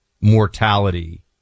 mortality